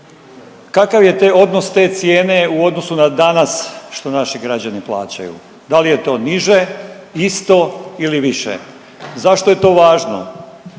kakav je odnos te cijene u odnosu na danas što naši građani plaćaju, da li je to niže, isto ili više. Zašto je to važno?